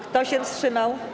Kto się wstrzymał?